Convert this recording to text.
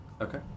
Okay